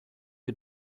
you